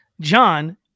John